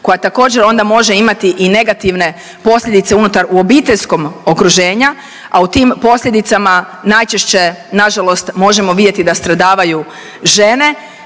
koja također onda može imati i negativne posljedice unutar obiteljskog okruženja a u tim posljedicama najčešće nažalost možemo vidjeti da stradavaju žene,